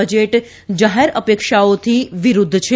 budget જાહેર અપેક્ષાઓથી વિરૂધ્ધ છે